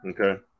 okay